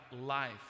life